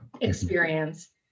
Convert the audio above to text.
experience